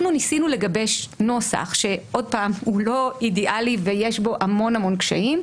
אנחנו ניסינו לגבש נוסח שהוא לא אידיאלי ויש בו המון קשיים,